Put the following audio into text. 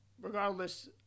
Regardless